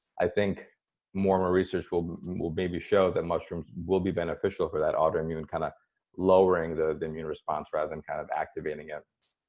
i think more and more research will will maybe show that mushrooms will be beneficial for that autoimmune kind of lowering the immune response rather than kind of activating it.